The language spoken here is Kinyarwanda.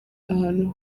ahantu